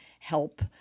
help